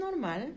normal